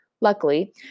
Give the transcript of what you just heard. Luckily